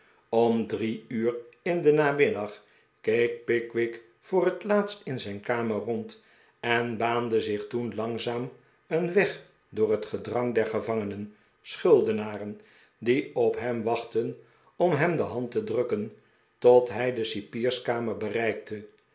aan om drie uur in den namiddag keek pickwick voor het laatst in zijn kamer rond en baande zich toen langzaam een weg door het gedrang der gevangen schuldeharen die op hem wachtten om hem de hand te drukken tot hij de cipierskamer bereikte